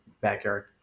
backyard